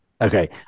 okay